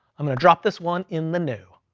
i'm gonna drop this one in the no,